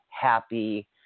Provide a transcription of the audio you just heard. happy